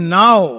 now